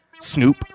Snoop